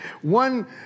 one